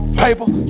paper